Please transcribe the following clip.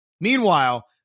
Meanwhile